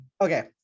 Okay